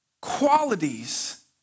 qualities